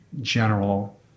general